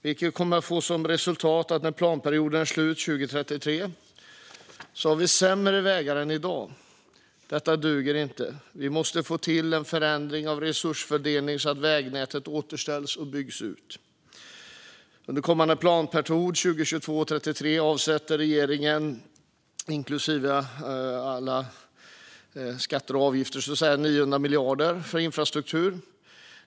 Detta kommer att få till resultat att vi, när planperioden är slut 2033, har sämre vägar än i dag. Detta duger inte. Vi måste få till en förändring av resursfördelningen så att vägnätet återställs och byggs ut. Under kommande planperiod 2022-2033 avsätter regeringen, inklusive alla skatter och avgifter, 900 miljarder för infrastruktur.